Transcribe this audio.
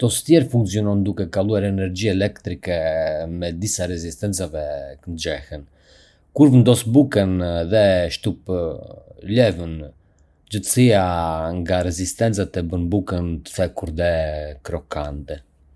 Një tostier funksionon duke kaluar energji elektrike përmes disa rezistencave që nxehen. Kur vendos bukën dhe shtyp levën, nxehtësia nga rezistencat e bën bukën të thekur dhe krokante.